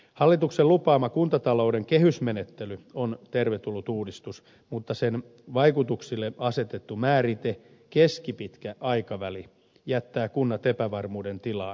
hallituksen lupaama kuntatalouden kehysmenettely on tervetullut uudistus mutta sen vaikutuksille asetettu määrite keskipitkä aikaväli jättää kunnat epävarmuuden tilaan